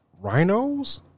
Rhinos